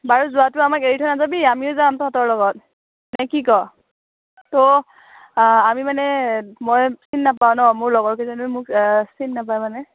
বাৰু যোৱাটো আমাক এৰি থৈ নাযাবি আমিও যাম তহঁতৰ লগত নে কি কৱ ত' আমি মানে মই চিনি নাপাওঁ ন মোৰ লগৰ কেইজনীও মোক চিনি নাপায় মানে